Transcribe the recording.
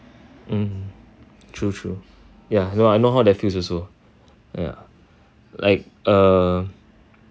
mm true true ya I know I know how that feels also ya like err